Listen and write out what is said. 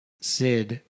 Sid